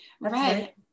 Right